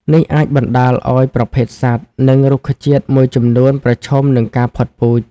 នេះអាចបណ្ដាលឲ្យប្រភេទសត្វ និងរុក្ខជាតិមួយចំនួនប្រឈមនឹងការផុតពូជ។